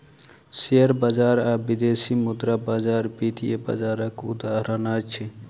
share बजार आ विदेशी मुद्रा बजार वित्तीय बजारक उदाहरण अछि